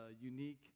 unique